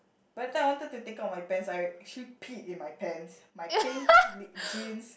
by the time I wanted to take out my pants I actually pee in my pants my pink li~ jeans